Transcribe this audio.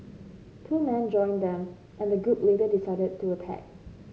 two men joined them and the group later decided to attack